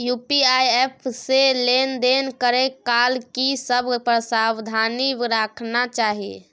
UPI app से लेन देन करै काल की सब सावधानी राखना चाही?